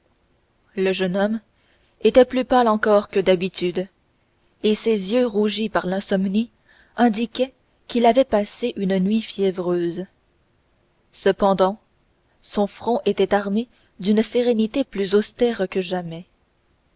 le jeune homme était plus pâle encore que d'habitude et ses yeux rougis par l'insomnie indiquaient qu'il avait passé une nuit fiévreuse cependant son front était armé d'une sérénité plus austère que jamais